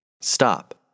Stop